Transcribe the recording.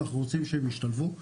ואנחנו רוצים שהן ישתלבו.